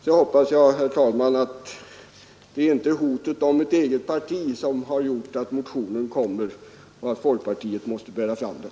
Jag hoppas slutligen, herr talman, att det inte är hotet om att de ensamstående skall bilda ett eget parti som gjort att motion väckts och att folkpartiet måste bära fram den.